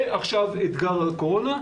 ועכשיו אתגר הקורונה,